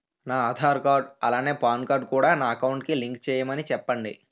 నా ఆధార్ కార్డ్ అలాగే PAN card కూడా నా అకౌంట్ కి లింక్ చేయమని చెప్పండి